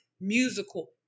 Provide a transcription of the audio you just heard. musical